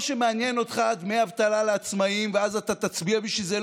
או שמעניין אותך דמי אבטלה לעצמאים ואז אתה תצביע בשביל זה,